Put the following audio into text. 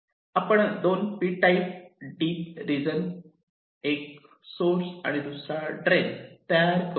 आपण 2 P type dope region एक source आणि दुसरा ड्रेन तयार करू